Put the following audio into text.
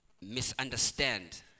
misunderstand